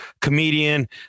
comedian